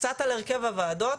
קצת על הרכב הוועדות.